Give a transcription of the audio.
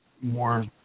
more